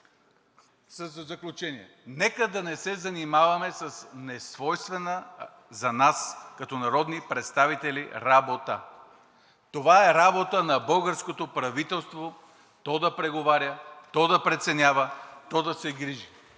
В заключение, нека да не се занимаваме с несвойствена за нас като народни представители работа. Това е работа на българското правителство – то да преговаря, то да преценява, то да се грижи.